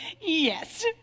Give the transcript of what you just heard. Yes